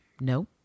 no